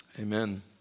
Amen